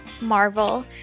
Marvel